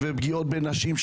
פגיעות בנשים.